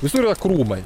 visur yra krūmai